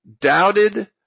doubted